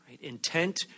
Intent